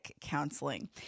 counseling